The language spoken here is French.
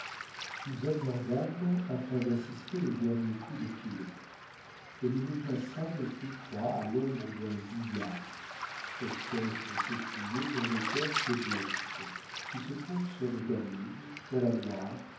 nous abordâmes afin d'assister aux derniers coups de filet et nous nous plaçâmes tous trois à l'ombre d'un bouillard espèce de peuplier dont l'écorce est blanche qui se trouve sur le danube sur la loire